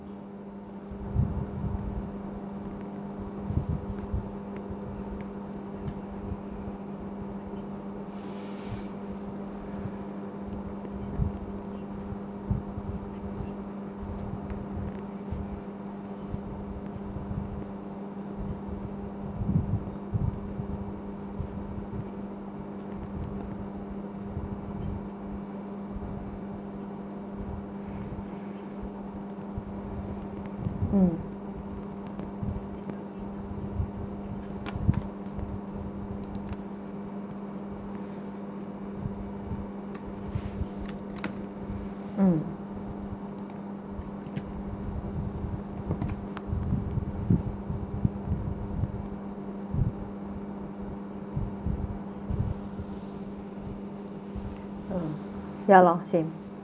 hmm hmm ya lor same